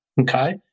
okay